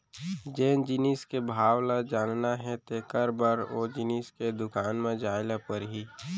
जेन जिनिस के भाव ल जानना हे तेकर बर ओ जिनिस के दुकान म जाय ल परही